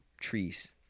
trees